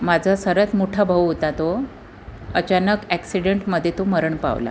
माझा सर्वात मोठा भाऊ होता तो अचानक ॲक्सीडेन्ट मध्ये तो मरण पावला